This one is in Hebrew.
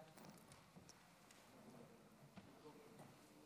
כבוד היושב-ראש,